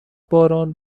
باران